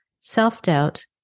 self-doubt